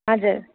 हजुर